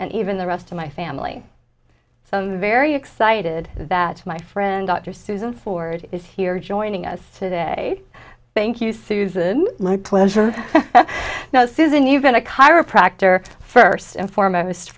and even the rest of my family so i'm very excited that my friend dr susan forde is here joining us today thank you susan my pleasure now susan you've been a chiropractor first and foremost